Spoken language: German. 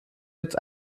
jetzt